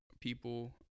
people